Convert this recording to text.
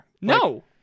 No